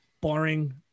Barring